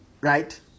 Right